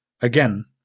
again